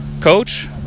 Coach